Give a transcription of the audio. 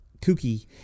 kooky